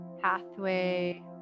pathway